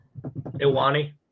iwani